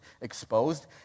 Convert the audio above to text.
exposed